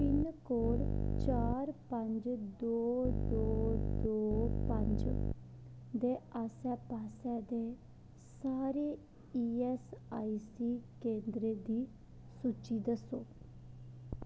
pincode चार पज दो दो दो पंज दे आस्सै पास्सै दे सारे ईऐस्सआईसी केंद्रें दी सूची दस्सो